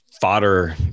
fodder